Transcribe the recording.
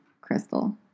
Crystal